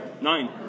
Nine